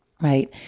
Right